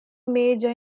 major